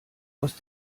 aus